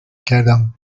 کردم